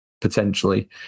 potentially